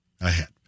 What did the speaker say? ahead